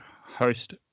host